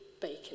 Bacon